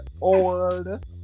old